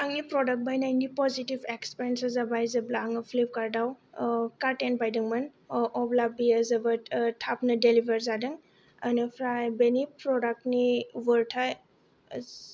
आंनि प्रडाक्ट बायनायनि पजिटिभ एक्सपिरियेन्सआ जाबाय जेब्ला आं फ्लिपकार्टाव कार्टेन बायदोंमोन अब्ला बेयो जोबोद थाबनो डिलिभार जादों ओमफ्राय बेनि प्रडाक्टनि वर्थआ